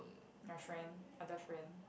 your friend other friend